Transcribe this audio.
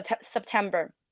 September